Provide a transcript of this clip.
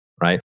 right